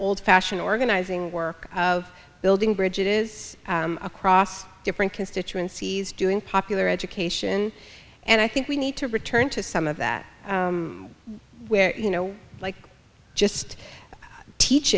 old fashioned organizing work of building bridges across different constituencies doing popular education and i think we need to return to some of that where you know like just teach